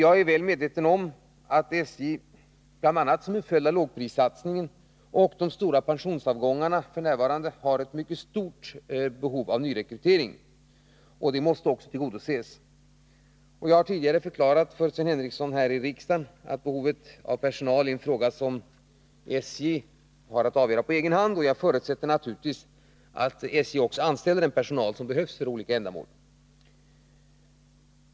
Jag är väl medveten om att SJ, bl.a. som en följd av lågprissatsningen och de stora pensionsavgångarna, f. n. har ett stort behov av nyrekrytering som måste tillgodoses. Som jag tidigare förklarat för Sven Henricsson här i riksdagen är behovet av personal en fråga som SJ avgör på egen hand. Jag förutsätter naturligtvis att SJ anställer den personal som behövs för olika ändamål.